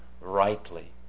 rightly